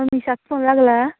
मनिशाक phone लागला